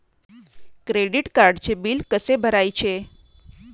Credit कार्डचे bill कसे भरायचे?